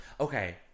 okay